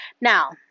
Now